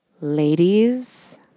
ladies